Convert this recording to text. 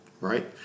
right